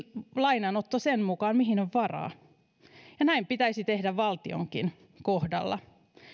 lainanotto sen mukaan mihin on varaa ja näin pitäisi tehdä valtionkin kohdalla